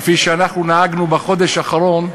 כפי שאנחנו נהגנו בחודש האחרון,